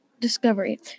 discovery